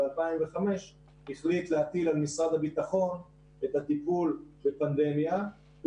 ב-2005 החליט להטיל על משרד הביטחון את הטיפול בפנדמיה כי